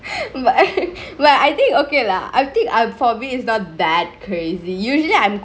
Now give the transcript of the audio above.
but I but I think okay lah I think I for me it's not that crazy usually I'm